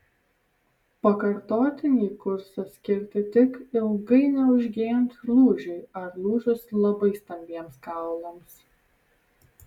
pakartotinį kursą skirti tik ilgai neužgyjant lūžiui ar lūžus labai stambiems kaulams